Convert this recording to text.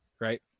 Right